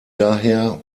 daher